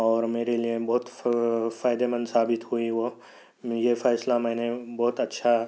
اور میرے لیے بہت فائدے مند ثابت ہوئی وہ یہ فیصلہ میں نے بہت اچھا